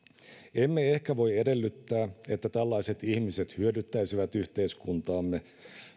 emme ehkä voi edellyttää että tällaiset ihmiset hyödyttäisivät yhteiskuntaamme